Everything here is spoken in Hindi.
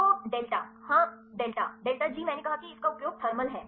तो डेल्टा हाँ डेल्टा डेल्टा जी मैं ने कहा कि इस का उपयोग थर्मल है